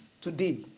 today